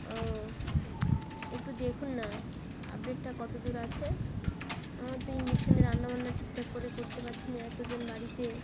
ও একটু দেখুন না আপডেটটা কত দূর আছে আমার তো ইন্ডাকশনে রান্না বান্না ঠিকঠাক করে করতে পারছি না এতজন বাড়িতে